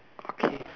okay